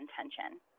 intention